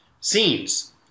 scenes